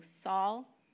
Saul